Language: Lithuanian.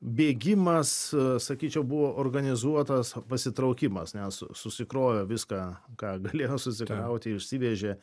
bėgimas sakyčiau buvo organizuotas pasitraukimas nes susikrovė viską ką galėjo susikrauti išsivežė